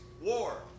war